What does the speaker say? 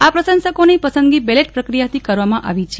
આ પ્રશંસકોની પસંદગી બેલેટ પ્રક્રિયાથી કરવામાં આવી છે